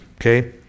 Okay